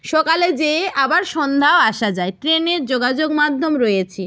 সকালে যেয়ে আবার সন্ধ্যাও আসা যায় ট্রেনের যোগাযোগ মাধ্যম রয়েছে